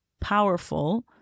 powerful